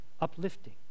uplifting